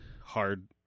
hard